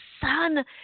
son